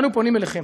אנו פונים אליכם.